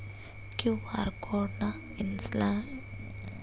QR code ನ install ಮಾಡೆಸಿ ಅದರ್ಲಿಂದ ರೊಕ್ಕ ಹಾಕ್ಲಕ್ಕ ಮತ್ತ ತಗಿಲಕ ಎರಡುಕ್ಕು ಬರ್ತದಲ್ರಿ?